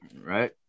Right